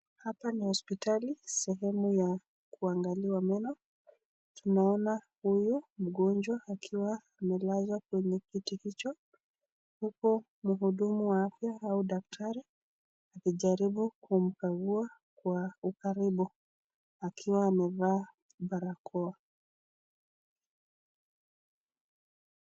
Hapa ni hospitali sehemu ya kuangaliwa meno tunaona huyu mgonjwa akiwa amelezwa kwenye kiti hicho huku mhudumu wa afya au daktari akijaribu kumkagua kwa ukaribu huku akiwa amevaa barakoa.